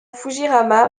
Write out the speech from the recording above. fujiwara